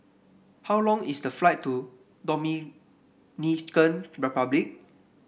how long is the flight to Dominican Republic